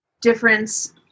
difference